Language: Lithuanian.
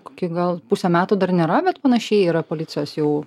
koki gal pusę metų dar nėra bet panašiai yra policijos jau